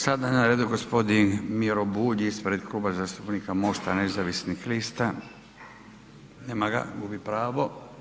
Sada je na redu gospodin Miro Bulj ispred Kluba zastupnika MOST-a nezavisnih lista, nema ga, gubi pravo.